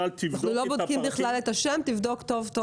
לומר לו שבכלל לא בודקים את השם, שיבדוק טוב טוב.